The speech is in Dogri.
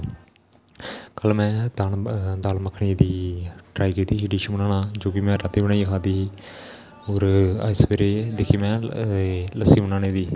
कल में दाल मक्खनी दी ट्राई किती ही डिश बनाना जो कि में राती बनाइयै खाद्धी ही और अज्ज सबेरे दिक्खी में लस्सी बनाने दी